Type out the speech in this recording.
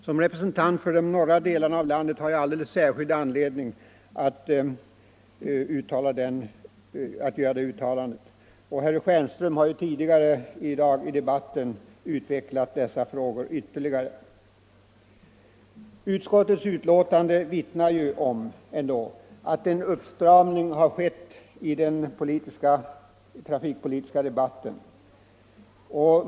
Som representant för de norra delarna av landet har jag alldeles särskild anledning att göra detta uttalande. Herr Stjernström har tidigare i debatten ytterligare utvecklat dessa frågor. Utskottets betänkande vittnar ändå om att en uppstramning har skett i den trafikpolitiska debatten.